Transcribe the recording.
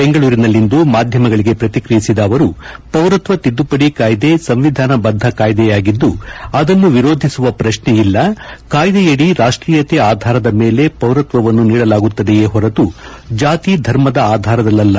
ಬೆಂಗಳೂರಿನಲ್ಲಿಂದು ಮಾಧ್ಯಮಗಳಿಗೆ ಪ್ರತಿಕ್ರಿಯಿಸಿದ ಅವರು ಪೌರತ್ವ ತಿದ್ದುಪಡಿ ಕಾಯ್ದೆ ಸಂವಿಧಾನಬದ್ದ ಕಾಯ್ದೆಯಾಗಿದ್ದು ಅದನ್ನು ವಿರೋಧಿಸುವ ಪ್ರಶ್ನೆಯಿಲ್ಲ ಕಾಯ್ದೆಯಡಿ ರಾಷ್ಟೀಯತೆ ಆಧಾರದ ಮೇಲೆ ಪೌರತ್ವವನ್ನು ನೀಡಲಾಗುತ್ತದೆಯೇ ಹೊರತು ಜಾತಿ ಧರ್ಮದ ಆಧಾರದಲ್ಲಲ್ಲ